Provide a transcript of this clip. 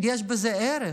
יש בזה ערך.